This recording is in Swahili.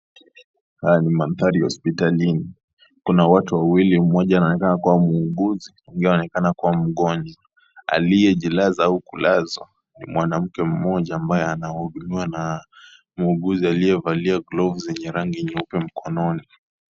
Haya ni maandhari hospitalini. Kuna watu wawili, mmoja anakaa kuwa mhuguzi huku mwingine anaonekana kuwa mgonjwa aliyejilaza huku laso ni mwanamke mmoja ambaye anahudumiwa na mhuguzi aliyevalia glovu zenye rangi nyeupe mkononi.